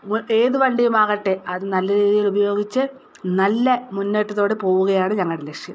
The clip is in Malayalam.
ഏത് വണ്ടിയുമാകട്ടെ അത് നല്ല രീതിയിൽ ഉപയോഗിച്ച് നല്ല മുന്നേറ്റത്തോടെ പോവുകയാണ് ഞങ്ങടെ ലക്ഷ്യം